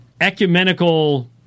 ecumenical